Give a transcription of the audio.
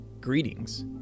greetings